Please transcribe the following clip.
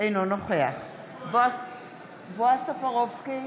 אינו נוכח בועז טופורובסקי,